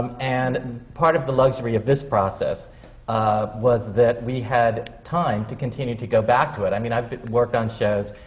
um and part of the luxury of this process ah was that we had time to continue to go back to it. i mean, i've worked on shows,